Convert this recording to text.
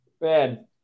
man